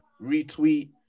retweet